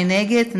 מי נגד?